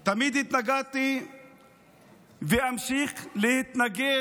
תמיד התנגדתי ואמשיך להתנגד